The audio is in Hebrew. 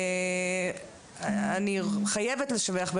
אני חייבת לשבח,